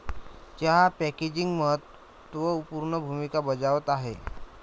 चहा पॅकेजिंग महत्त्व पूर्ण भूमिका बजावत आहे